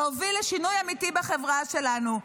להוביל לשינוי אמיתי בחברה שלנו,